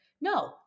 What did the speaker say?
No